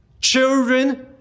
Children